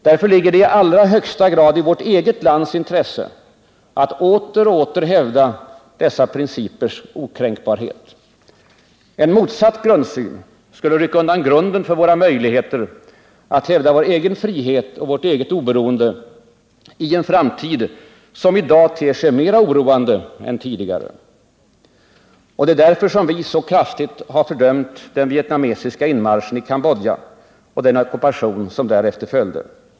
Därför ligger det i allra högsta grad i vårt eget lands intresse att åter och åter hävda dessa principers okränkbarhet. En motsatt grundsyn skulle rycka undan grunden för våra möjligheter att hävda vår egen frihet och vårt eget oberoende i en framtid som i dag ter sig mera oroande än tidigare. Det är därför som vi så kraftigt har fördömt den vietnamesiska inmarschen i Cambodja och den ockupation som därefter följde.